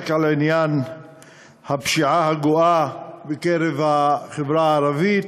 על עניין הפשיעה הגואה בקרב החברה הערבית,